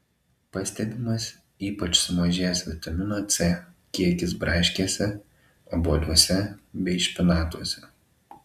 pastebimas ypač sumažėjęs vitamino c kiekis braškėse obuoliuose bei špinatuose